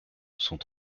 sont